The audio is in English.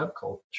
subculture